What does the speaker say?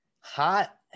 hot